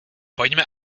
pojďme